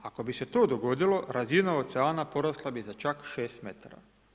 Ako bi se to dogodilo razina oceana porasla bi za čak 6 metara.